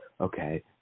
okay